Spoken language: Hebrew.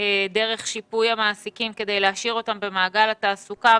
דרך שיפוי המעסיקים כדי להשאיר אותם במעגל התעסוקה,